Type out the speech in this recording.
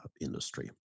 industry